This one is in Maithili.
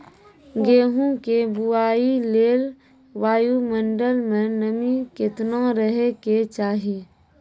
गेहूँ के बुआई लेल वायु मंडल मे नमी केतना रहे के चाहि?